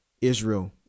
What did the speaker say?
Israel